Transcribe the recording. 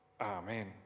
Amen